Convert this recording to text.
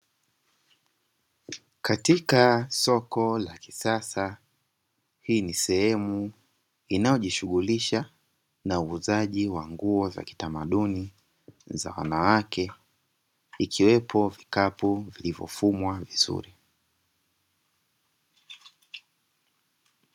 Katika soko la kisasa, hii ni sehemu inayojishughulisha na uuzaji wa nguo za kitamaduni za wanawake vikiwepo vikapu vilivyofumwa vizuri.